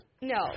No